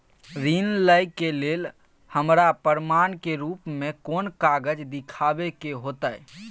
ऋण लय के लेल हमरा प्रमाण के रूप में कोन कागज़ दिखाबै के होतय?